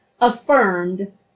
affirmed